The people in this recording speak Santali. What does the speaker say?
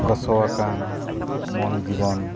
ᱜᱚᱥᱚ ᱟᱠᱟᱱ ᱢᱚᱱ ᱡᱤᱵᱚᱱ